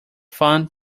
fund